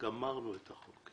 גמרנו את החוק.